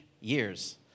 years